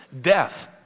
death